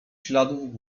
śladów